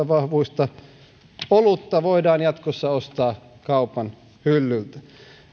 vahvuista olutta voidaan jatkossa ostaa kaupan hyllyltä